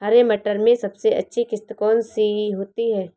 हरे मटर में सबसे अच्छी किश्त कौन सी होती है?